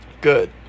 Good